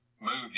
movie